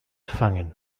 fangen